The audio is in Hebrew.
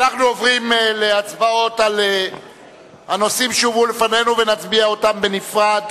אנחנו עוברים להצבעות על הנושאים שהובאו לפנינו ונצביע אותם בנפרד.